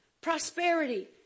prosperity